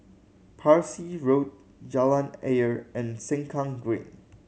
Parsi Road Jalan Ayer and Sengkang Green